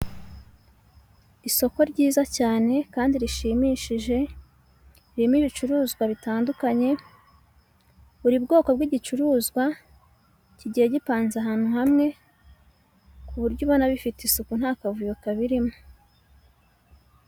Isoko ryiza cyane kandi rishimishije ririmo ibicuruzwa bitandukanye, buri bwoko bw'igicuruzwa kigiye gipanze ahantu hamwe, ku buryo ubona bifite isuku nta kavuyo kabiririmo.